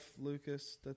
Lucas